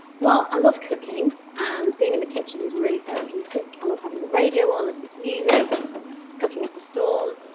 well, i love cooking and being in the kitchen is really therapeutic. i love having the radio on, listening to music, just cooking up a storm.